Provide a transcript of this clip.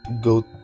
go